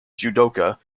judoka